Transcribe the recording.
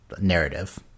narrative